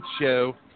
show